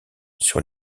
sur